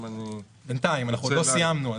אם אני --- בינתיים, אנחנו עוד לא סיימנו.